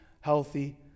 healthy